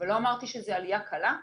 אבל לא אמרתי שזו עלייה קלה.